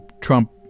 trump